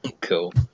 cool